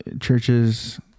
churches